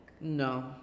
no